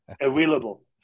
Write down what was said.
available